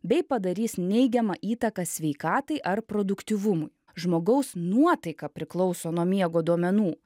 bei padarys neigiamą įtaką sveikatai ar produktyvumui žmogaus nuotaika priklauso nuo miego duomenų